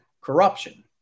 corruption